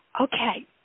Okay